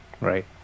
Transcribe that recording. Right